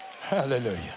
Hallelujah